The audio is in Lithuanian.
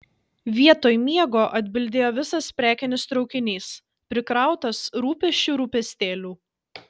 vietoj miego atbildėjo visas prekinis traukinys prikrautas rūpesčių rūpestėlių